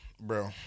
Bro